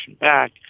back